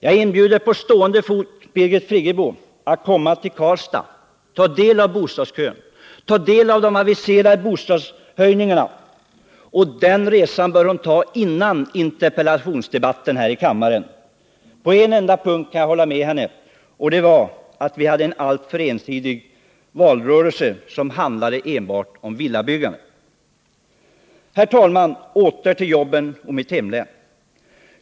Jag inbjuder på stående fot Birgit Friggebo att komma till Karlstad och där studera bostadskön och de aviserade hyreshöjningarna. Och den resan bör hon göra innan hon för interpellationsdebatten här i kammaren. På en enda punkt kan jag hålla med henne, nämligen när hon sade att vi hade en alltför ensidig valrörelse i fråga om bostadspolitiken — den handlade enbart om villabyggande. Herr talman! Åter till jobben och mitt hemlän.